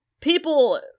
people